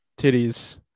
titties